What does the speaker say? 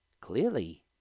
Clearly